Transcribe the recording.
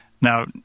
Now